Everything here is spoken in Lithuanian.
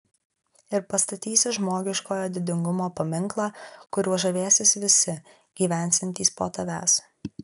ir pastatysi žmogiškojo didingumo paminklą kuriuo žavėsis visi gyvensiantys po tavęs